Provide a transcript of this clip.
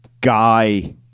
guy